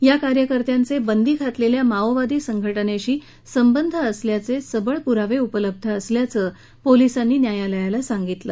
या कार्यकर्त्यांचे बंदी घातलेल्या माओवादी संघटनेशी संबंध असल्याचे सबळ पुरावे उपलब्ध असल्याचं पोलिसांनी न्यायालयाला सागितलं